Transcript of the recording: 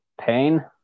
Pain